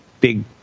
big